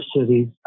cities